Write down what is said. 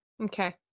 Okay